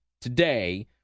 today